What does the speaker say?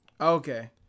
Okay